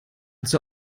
zur